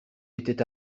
était